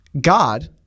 God